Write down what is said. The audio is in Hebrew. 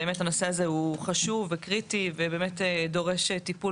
באמת הנושא הזה הוא חשוב וקריטי ובאמת דורש טיפול